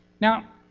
Now